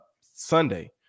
sunday